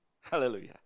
Hallelujah